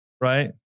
right